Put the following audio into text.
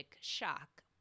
shock